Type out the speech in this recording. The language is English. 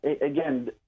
again